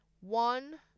One